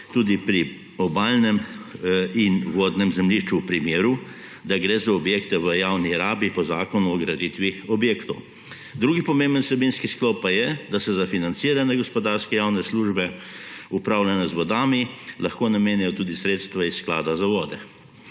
tudi pri obalnem in vodnem zemljišču v primeru, da gre za objekte v javni rabi po Zakonu o graditvi objektov. Drugi pomemben vsebinski sklop pa je, da se za financiranje gospodarske javne službe upravljanja z vodami lahko namenijo tudi sredstva iz Sklada za vode.